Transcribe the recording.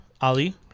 Ali